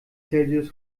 celsius